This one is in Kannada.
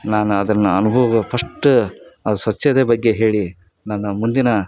ನಾನು ಅದನ್ನು ಅನುಭವದ ಫಸ್ಟು ಅದು ಸ್ವಚ್ಛತೆ ಬಗ್ಗೆ ಹೇಳಿ ನನ್ನ ಮುಂದಿನ